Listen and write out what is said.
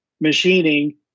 machining